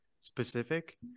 specific